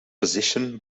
position